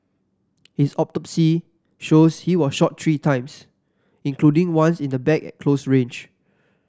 his autopsy shows he was shot three times including once in the back at close range